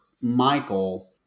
Michael